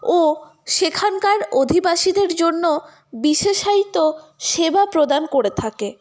ও সেখানকার অধিবাসীদের জন্য বিশেষায়িত সেবা প্রদান করে থাকে